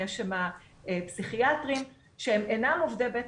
יש שם פסיכיאטרים שהם אינם עובדי בית